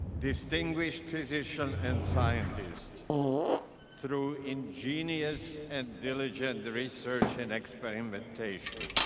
distinguished physician and scientist through ingenious and diligent research and experimentation,